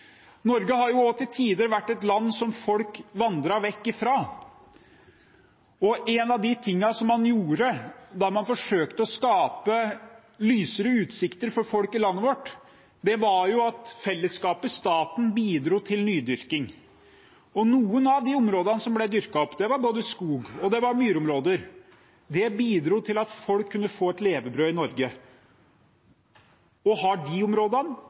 Norge har til tider vært et land som folk vandret vekk fra. En av tingene man gjorde da man forsøkte å skape lysere utsikter for folk i landet vårt, var at fellesskapet, staten, bidro til nydyrking, og noen av områdene som ble dyrket opp, var både skog og myrområder. Det bidro til at folk kunne få et levebrød i Norge. Har de områdene